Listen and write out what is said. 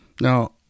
Now